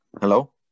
Hello